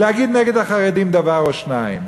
להגיד נגד החרדים דבר או שניים.